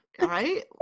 Right